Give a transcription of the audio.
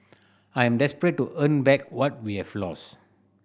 I am desperate to earn back what we have lost